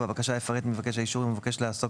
בבקשה יפרט מבקש האישור אם הוא מבקש לעסוק